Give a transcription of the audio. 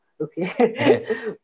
Okay